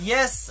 Yes